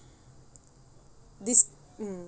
des~ mm